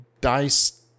dice